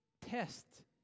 test